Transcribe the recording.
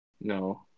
No